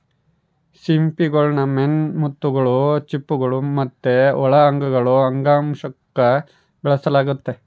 ಸಿಂಪಿಗುಳ್ನ ಮೇನ್ ಮುತ್ತುಗುಳು, ಚಿಪ್ಪುಗುಳು ಮತ್ತೆ ಒಳ ಅಂಗಗುಳು ಅಂಗಾಂಶುಕ್ಕ ಬೆಳೆಸಲಾಗ್ತತೆ